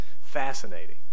fascinating